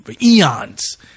eons